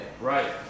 Right